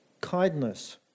kindness